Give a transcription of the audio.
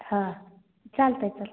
हां चालतं चालतं